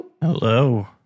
Hello